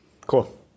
cool